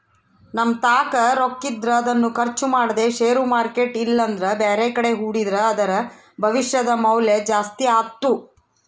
ನಮ್ಮತಾಕ ರೊಕ್ಕಿದ್ರ ಅದನ್ನು ಖರ್ಚು ಮಾಡದೆ ಷೇರು ಮಾರ್ಕೆಟ್ ಇಲ್ಲಂದ್ರ ಬ್ಯಾರೆಕಡೆ ಹೂಡಿದ್ರ ಅದರ ಭವಿಷ್ಯದ ಮೌಲ್ಯ ಜಾಸ್ತಿ ಆತ್ತು